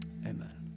amen